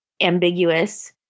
ambiguous